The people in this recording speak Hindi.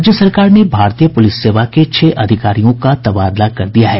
राज्य सरकार ने भारतीय पूलिस सेवा के छह अधिकारियों का तबादला कर दिया है